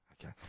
Okay